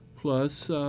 Plus